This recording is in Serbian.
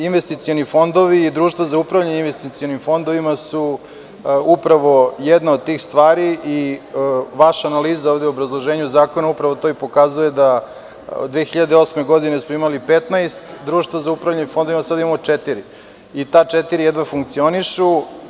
Investicioni fondovi i društvo za upravljanje investicionim fondovima su upravo jedna od tih stvari i vaša analiza ovde u obrazloženju zakona upravo to i pokazuje da smo 2008. godineimali 15 društava za upravljanje fondovima, a sada imamo četiri i ta četiri jedva funkcionišu.